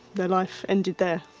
their life ended there.